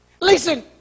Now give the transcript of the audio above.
Listen